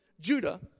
judah